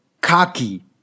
cocky